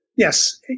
Yes